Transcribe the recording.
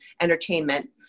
entertainment